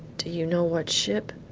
do you know what ship?